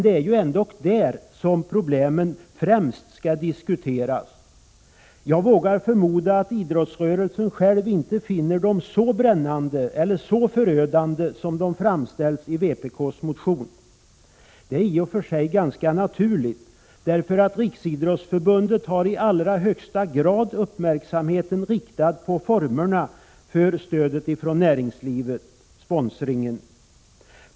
Det är ju ändock där de problemen främst skall diskuteras. Jag vågar förmoda att idrottsrörelsen själv inte finner dem så brännande eller förödande som det framställs i vpk:s motion. Det är i och för sig ganska naturligt. Riksidrottsförbundet har i allra högsta grad uppmärksamheten riktad på formerna för stödet från näringslivet, sponsringen.